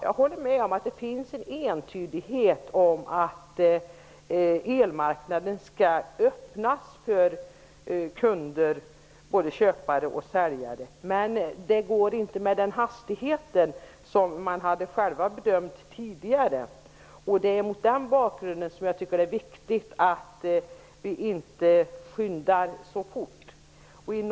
Jag håller med om att det finns en entydighet i fråga om att elmarknaden skall öppnas för kunder, både köpare och säljare. Men detta går inte med den hastighet som man hade bedömt tidigare. Mot den bakgrunden är det viktigt att vi inte har så bråttom.